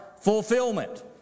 fulfillment